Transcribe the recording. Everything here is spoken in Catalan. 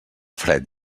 fred